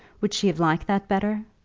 would she have liked that better?